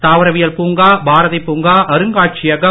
தாவரவியல் பூங்கா பாரதி பூங்கா அருங்காட்சியகம்